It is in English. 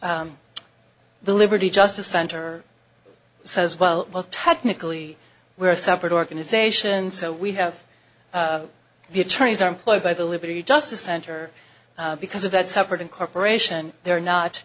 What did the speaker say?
that the liberty justice center says well well technically we're a separate organization so we have the attorneys are employed by the liberty justice center because of that separate incorporation they are not